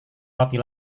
roti